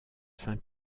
saint